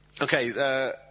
okay